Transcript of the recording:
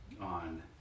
on